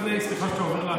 סלח לי, היושב-ראש.